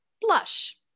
Blush